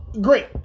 Great